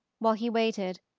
while he waited,